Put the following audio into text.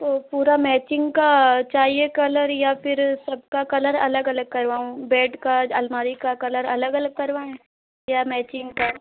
तो पूरा मैचिंग का चाहिए कलर या फिर सबका कलर अलग अलग करवाऊँ बेड का अलमारी का कलर अलग अलग करवाएँ या मैचिंग का